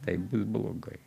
tai bus blogai